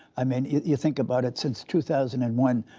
i mean, you think about it, since two thousand and one,